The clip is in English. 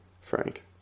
Frank